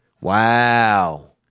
wow